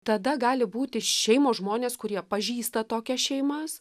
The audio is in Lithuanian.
tada gali būti šeimos žmonės kurie pažįsta tokias šeimas